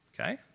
Okay